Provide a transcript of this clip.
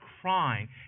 crying